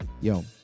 Yo